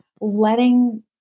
letting